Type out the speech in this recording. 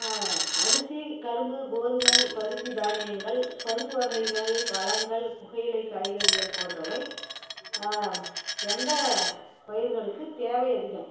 அரிசி கரும்பு கோதுமை பருத்தி தானியங்கள் பருப்பு வகைகள் பழங்கள் புகையிலை காய்கறிகள் போன்றவை எந்த பயிர்களுக்கு தேவை அதிகம்